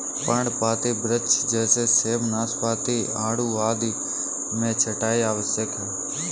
पर्णपाती वृक्ष जैसे सेब, नाशपाती, आड़ू आदि में छंटाई आवश्यक है